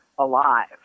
Alive